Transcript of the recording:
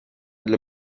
для